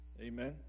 Amen